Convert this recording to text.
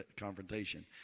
confrontation